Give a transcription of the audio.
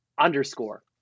underscore